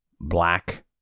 black